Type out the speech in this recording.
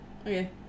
Okay